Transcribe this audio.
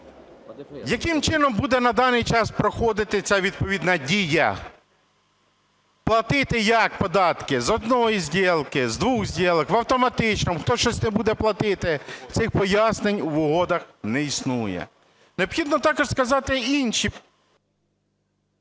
Яким чином буде на даний час проходити ця відповідна дія: платити як податки з однієї сделки, з двох сделок, в автоматичному, хтось щось не буде платити, – цих пояснень в угодах не існує. Необхідно також вказати інші...